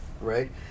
right